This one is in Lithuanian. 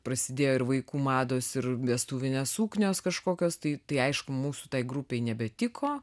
prasidėjo ir vaikų mados ir vestuvinės suknios kažkokios tai tai aišku mūsų tai grupei nebetiko